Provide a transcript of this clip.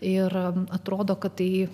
ir atrodo kad tai